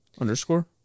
Underscore